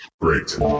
great